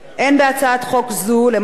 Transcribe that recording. להקל ראש בעבירות פליליות.